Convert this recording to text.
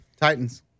Titans